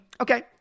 okay